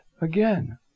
again